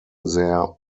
their